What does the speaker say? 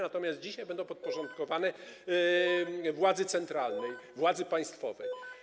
Natomiast dzisiaj będą podporządkowane władzy centralnej, władzy państwowej.